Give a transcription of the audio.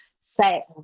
say